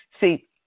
See